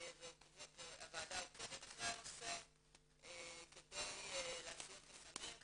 והוועדה עוקבת אחרי הנושא כדי להסיר חסמים,